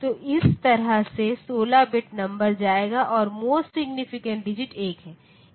तो इस तरह से 16 बिट नंबर जाएगा और मोस्ट सिग्नीफिकेंट डिजिट 1 है